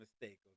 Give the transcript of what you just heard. mistake